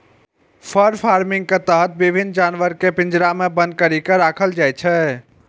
फर farming के तहत विभिन्न जानवर कें पिंजरा मे बन्न करि के राखल जाइ छै